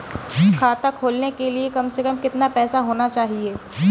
खाता खोलने के लिए कम से कम कितना पैसा होना चाहिए?